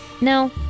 No